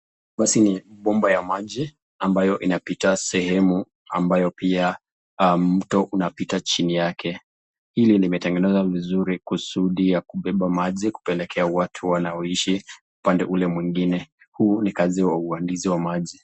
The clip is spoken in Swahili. Basi ni bomba ya maji ambayo inapita sehemu ambayo pia mto unapita chini yake. Hili limetengenezwa vizuri kusudi ya kubeba maji kupelekea watu wanaoishi upande ule mwingine. Huu ni kazi ya uhandisi wa maji.